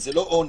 זה לא עונש.